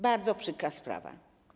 Bardzo przykra sprawa.